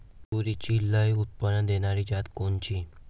तूरीची लई उत्पन्न देणारी जात कोनची?